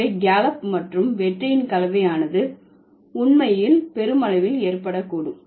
எனவே கேலப் மற்றும் வெற்றியின் கலவையானது உண்மையில் பெருமளவில் ஏற்படக்கூடும்